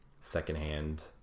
secondhand